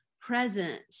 present